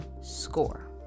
score